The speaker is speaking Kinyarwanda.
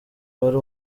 wari